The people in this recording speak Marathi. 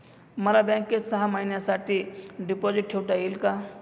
मला बँकेत सहा महिन्यांसाठी डिपॉझिट ठेवता येईल का?